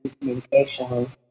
communication